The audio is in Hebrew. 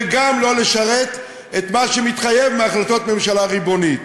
וגם לא לשרת את מה שמתחייב מהחלטות ממשלה ריבונית.